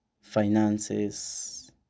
finances